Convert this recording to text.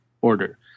order